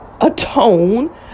atone